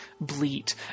bleat